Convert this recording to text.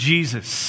Jesus